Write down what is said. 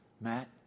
Matt